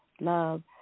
love